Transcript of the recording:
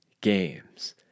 games